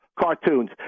cartoons